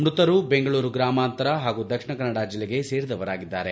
ಮ್ಬತರು ಬೆಂಗಳೂರು ಗ್ರಾಮಾಂತರ ಹಾಗೂ ದಕ್ಷಿಣ ಕನ್ನಡ ಜಿಲ್ಲೆಗೆ ಸೇರಿದವರಾಗಿದ್ದಾರೆ